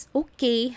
okay